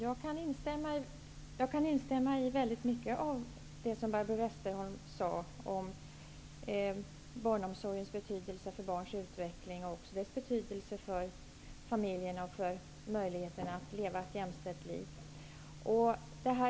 Herr talman! Jag kan instämma i mycket av det som Barbro Westerholm sade om barnomsorgens betydelse för barns utveckling, för familjerna och för möjligheten att leva ett jämställt liv.